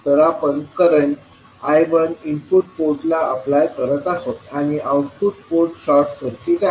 तर आपण current I1 input पोर्टला अप्लाय करत आहोत आणि आउटपुट पोर्ट शॉर्टसर्किट आहे